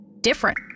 different